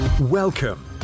Welcome